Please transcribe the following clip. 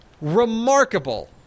remarkable